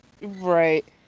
Right